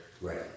Right